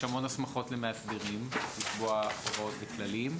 יש המון הסמכות למאסדרים, לקבוע הוראות וכללים.